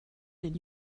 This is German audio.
den